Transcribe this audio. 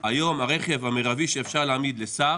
היום הרכב המירבי שאפשר להעמיד לשר